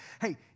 Hey